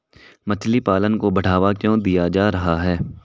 मछली पालन को बढ़ावा क्यों दिया जा रहा है?